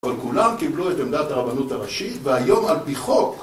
אבל כולם קיבלו את עמדת הרבנות הראשית, והיום על פי חוק